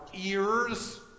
ears